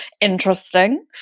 interesting